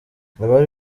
abari